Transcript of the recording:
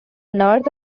north